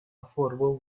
affordable